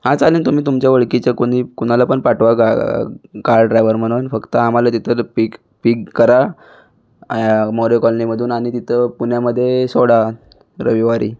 हां चालेल तुम्ही तुमच्या ओळखीचं कुणी कुणाला पण पाठवा गा कार ड्रायवर म्हणून फक्त आम्हाला तिथं पिक पिक करा मोरे कॉलनीमधून आणि तिथं पुण्यामध्ये सोडा रविवारी